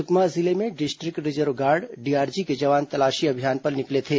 सुकमा जिले में district reserve guard DRG के जवान तलाशी अभियान पर निकले थे